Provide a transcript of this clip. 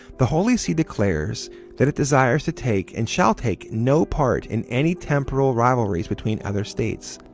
the holy see declares that it desires to take, and shall take, no part in any temporal rivalries between other states,